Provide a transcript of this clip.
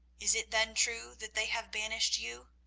is it then true that they have banished you?